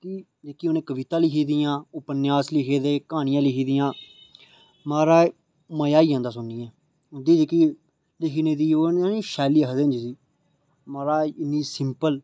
क्योकि उ'नें कवतां लिखी दियां उपन्यास लिखे दे क्हानियां लखी दियां महाराज मजा आई जंदा सुनियै उंदी जेह्की लिखने दी ओह् होंदी नी शैली आखदे जिसी महाराज ओह् इन्नी सिंपल